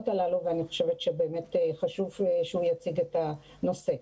הללו ואני חושבת שחשוב שהוא יציג את הנושא.